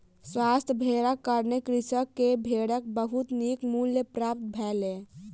स्वस्थ भेड़क कारणें कृषक के भेड़क बहुत नीक मूल्य प्राप्त भेलै